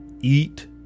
eat